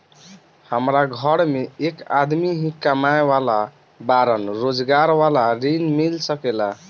हमरा घर में एक आदमी ही कमाए वाला बाड़न रोजगार वाला ऋण मिल सके ला?